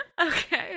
Okay